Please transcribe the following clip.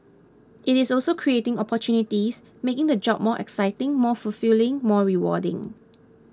it is also creating opportunities making the job more exciting more fulfilling more rewarding